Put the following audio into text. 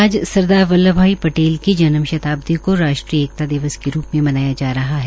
आज सरदार वल्लभ भाई पटेल की जन्म शताब्दी को राष्ट्रीय एकता दिवस के रूप में मनाया जा रहा है